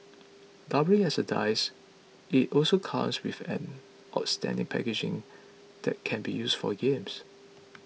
doubling as a dice it also comes with an outstanding packaging that can be used for games